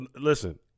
listen